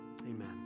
Amen